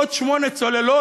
עוד שמונה צוללות,